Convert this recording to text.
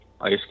Ice